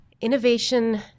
innovation